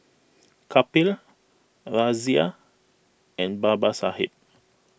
Kapil Razia and Babasaheb